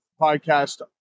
podcast